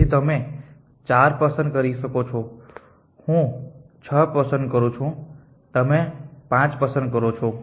તેથી તમે 4 પસંદ કરો છો હું 6 પસંદ કરું છું તમે 5 પસંદ કરો છો